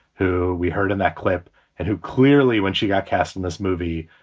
who we heard in that clip and who clearly when she got cast in this movie,